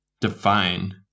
define